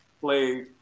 played